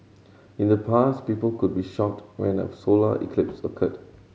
in the past people could be shocked when a solar eclipse occurred